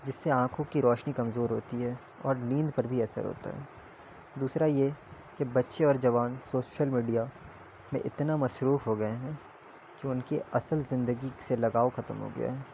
جس سے آنکھوں کی روشنی کمزور ہوتی ہے اور نیند پر بھی اثر ہوتا ہے دوسرا یہ کہ بچے اور جوان سوشل میڈیا میں اتنا مصروف ہو گئے ہیں کہ ان کی اصل زندگی سے لگاؤ ختم ہو گیا ہے